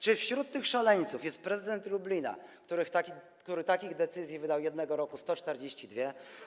Czy wśród tych szaleńców jest prezydent Lublina, który takich decyzji wydał jednego roku 142?